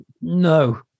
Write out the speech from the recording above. No